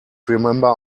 remember